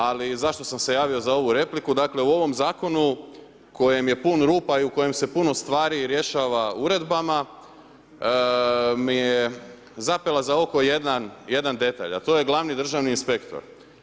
Ali, zašto sam se javio za ovu repliku, dakle, u ovom zakonu, kojem je pun rupa i kojem se puno stvari rješava uredbama, mi je zapela za oko jedan detalj, a to je glavni državni inspektor.